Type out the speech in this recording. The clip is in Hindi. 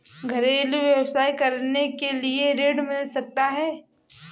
घरेलू व्यवसाय करने के लिए ऋण मिल सकता है?